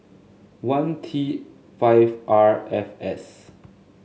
one T five R F S